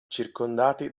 circondati